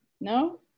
No